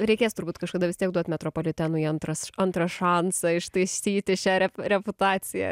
reikės turbūt kažkada vis tiek duot metropolitenui antrą š antrą šansą ištaisyti šią rep reputaciją